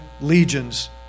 legions